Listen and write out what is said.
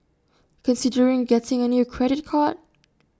considering getting A new credit card